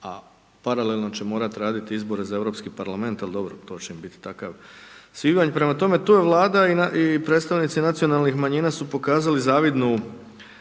a paralelno će morat raditi izbore za Europski Parlament, al' dobro, to će im biti takav svibanj. Prema tome, tu je Vlada i predstavnici nacionalnih manjina su pokazali zavidnu